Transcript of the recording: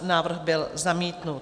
Návrh byl zamítnut.